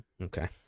Okay